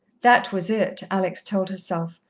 that was it, alex told herself,